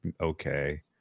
okay